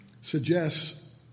suggests